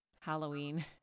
Halloween